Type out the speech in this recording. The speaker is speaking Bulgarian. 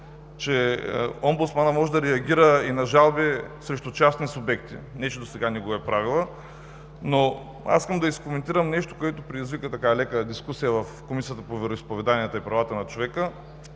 че омбудсманът може да реагира и на жалби срещу частни субекти, не че досега не го е правила. Искам да коментирам нещо, което предизвика лека дискусия в Комисията по вероизповеданията и правата на човека,